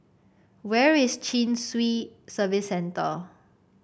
where is Chin Swee Service Centre